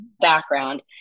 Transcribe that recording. background